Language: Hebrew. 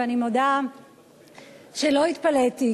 ואני מודה שלא התפלאתי,